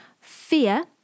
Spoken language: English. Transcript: fear